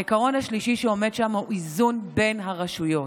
העיקרון השלישי שעומד שם הוא איזון בין הרשויות.